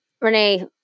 Renee